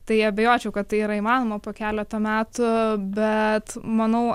tai abejočiau kad tai yra įmanoma po keleto metų bet manau